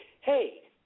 Hey